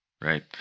Right